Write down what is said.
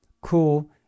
cool